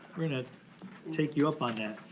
we're gonna take you up on that.